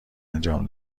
انجام